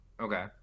Okay